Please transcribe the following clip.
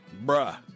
Bruh